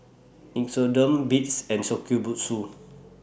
Nixoderm Beats and Shokubutsu